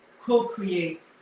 co-create